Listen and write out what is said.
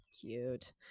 Cute